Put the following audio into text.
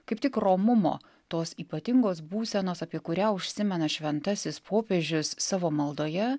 kaip tik romumo tos ypatingos būsenos apie kurią užsimena šventasis popiežius savo maldoje